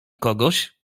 kogoś